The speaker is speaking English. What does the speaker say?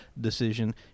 decision